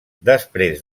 després